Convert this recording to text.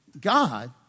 God